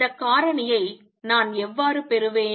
இந்த காரணியை நான் எவ்வாறு பெறுவேன்